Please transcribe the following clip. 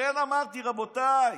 לכן אמרתי, רבותיי,